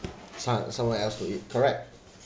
some somewhere else to eat correct